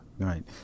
Right